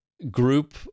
group